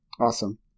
Awesome